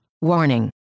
Warning